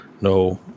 No